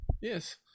Yes